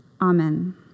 Amen